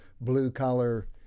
blue-collar